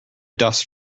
dust